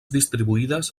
distribuïdes